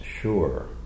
sure